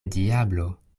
diablo